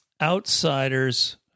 outsiders